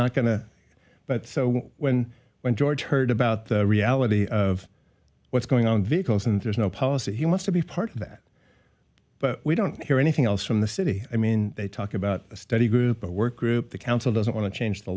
not going to but when when george heard about the reality of what's going on vehicles and there's no policy he wants to be part of that but we don't hear anything else from the city i mean they talk about a study group or work group the council doesn't want to change the